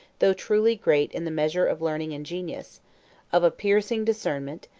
though truly great in the measure of learning and genius of a piercing discernment,